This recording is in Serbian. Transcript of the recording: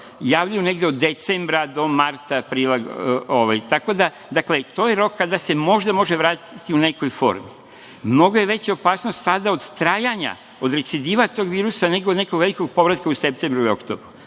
javljaju negde od decembra do marta, aprila. To je rok kada se možda može vratiti nekoj formi. Mnogo je veća opasnost sada od trajanja, od recidiva tog virusa nego nekog velikog povratka u septembru ili oktobru.